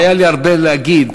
היה לי הרבה להגיד,